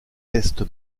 test